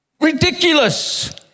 Ridiculous